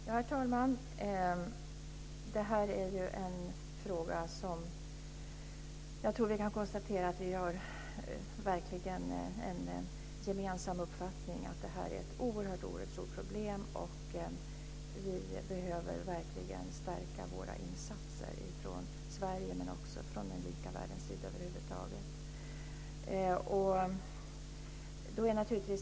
Herr talman! Jag tror att vi kan konstatera att vi verkligen har en gemensam uppfattning i vad gäller att det här är ett oerhört stort problem. Vi behöver verkligen stärka insatserna från Sverige men också från den rika världens sida över huvud taget.